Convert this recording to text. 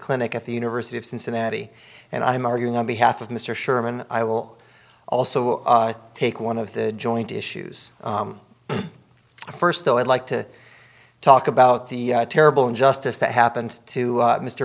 clinic at the university of cincinnati and i'm arguing on behalf of mr sherman i will also take one of the joint issues first though i'd like to talk about the terrible injustice that happened to